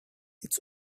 its